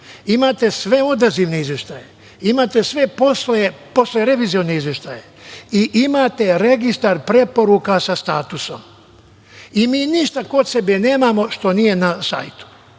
Imate sve odazivne izveštaje. Imate se posle-revizione izveštaje. Imate registar preporuka sa statusom. Mi ništa kod sebe nemamo što nije na sajtu. Da